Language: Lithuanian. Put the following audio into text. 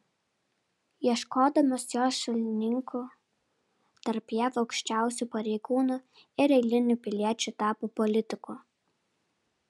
ieškodamas jos šalininkų tarp jav aukščiausių pareigūnų ir eilinių piliečių tapo politiku